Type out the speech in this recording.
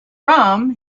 rum